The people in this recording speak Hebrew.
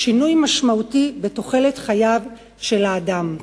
שינוי משמעותי בתוחלת חייו של האדם.